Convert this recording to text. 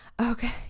Okay